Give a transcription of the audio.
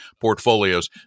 portfolios